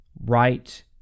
right